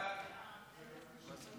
ההצעה